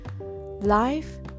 Life